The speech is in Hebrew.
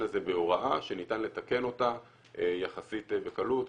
הזה בהוראה שניתן לתקן אותה יחסית בקלות.